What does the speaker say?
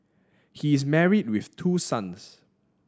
he is married with two sons